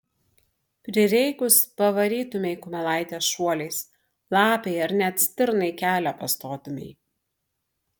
prireikus pavarytumei kumelaitę šuoliais lapei ar net stirnai kelią pastotumei